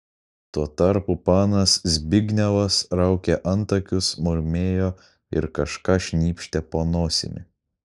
tuo tarpu panas zbignevas raukė antakius murmėjo ir kažką šnypštė po nosimi